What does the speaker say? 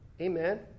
Amen